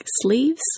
sleeves